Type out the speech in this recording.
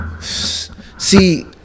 See